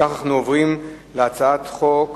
אנחנו עוברים להצעת חוק